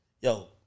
yo